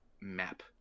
map